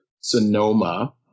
Sonoma